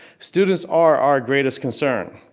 students are our greatest concern.